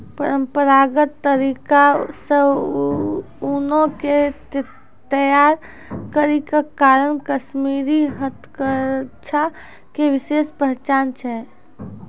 परंपरागत तरीका से ऊनो के तैय्यार करै के कारण कश्मीरी हथकरघा के विशेष पहचान छै